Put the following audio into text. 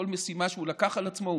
כל משימה שהוא לקח על עצמו,